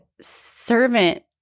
servant